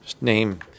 Name